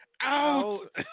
out